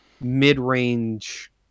mid-range